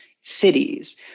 cities